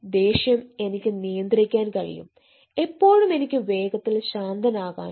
ദേഷ്യം എനിക്ക് നിയന്ത്രിക്കാൻ കഴുയും എപ്പോഴും എനിക്ക് വേഗത്തിൽ ശാന്തനാകാനാകും